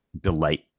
delight